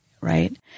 right